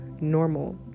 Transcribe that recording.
normal